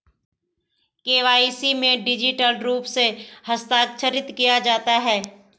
KYC में digital रूप से हस्ताक्षरित किया जाता है